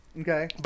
Okay